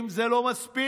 אם זה לא מספיק,